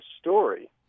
story